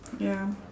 ya